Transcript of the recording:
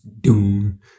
doom